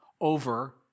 over